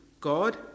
God